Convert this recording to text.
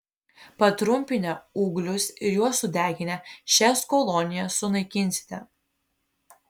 patrumpinę ūglius ir juos sudeginę šias kolonijas sunaikinsite